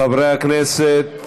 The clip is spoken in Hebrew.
חברי הכנסת,